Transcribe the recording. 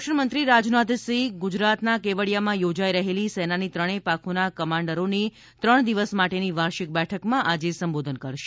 સંરક્ષણ મંત્રી રાજનાથસિંહ ગુજરાતના કેવડિયામાં યોજાઈ રહેલી સેનાની ત્રણેય પાંખોના કમાન્ડરોની ત્રણ દિવસ માટેની વાર્ષિક બેઠકમાં આજે સંબોધન કરશે